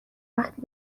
وقتی